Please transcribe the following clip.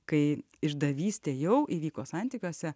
kai išdavystė jau įvyko santykiuose